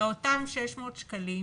שעל אותם 600 שקלים